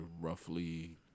roughly